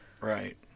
right